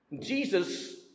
Jesus